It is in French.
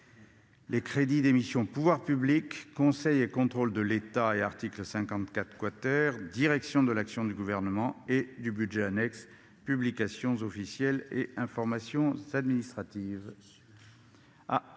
les crédits des missions « Pouvoirs publics »,« Conseil et contrôle de l'État » (et article 54 ),« Direction de l'action du Gouvernement » et du budget annexe « Publications officielles et information administrative